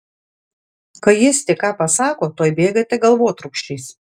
kai jis tik ką pasako tuoj bėgate galvotrūkčiais